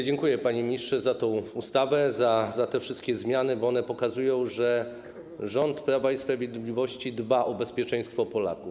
Dziękuję, panie ministrze, za tę ustawę, za te wszystkie zmiany, bo one pokazują, że rząd Prawa i Sprawiedliwości dba o bezpieczeństwo Polaków.